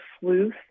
sleuth